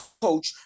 coach